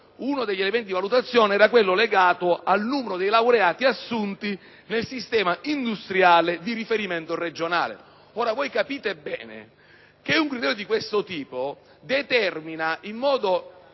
uno degli elementi di valutazione era quello legato al numero dei laureati assunti nel sistema industriale di riferimento regionale. Capite bene che un criterio di questo tipo determina una